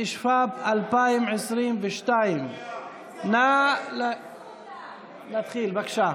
התשפ"ב 2022. נא להתחיל, בבקשה.